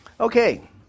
Okay